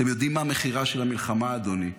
אתם יודעים מה מחירה של המלחמה, אדוני,